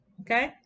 Okay